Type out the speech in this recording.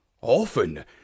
Often